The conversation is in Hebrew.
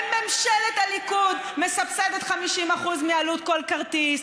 ממשלת הליכוד מסבסדת 50% מעלות כל כרטיס,